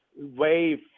wave